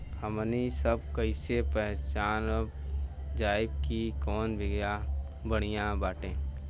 हमनी सभ कईसे पहचानब जाइब की कवन बिया बढ़ियां बाटे?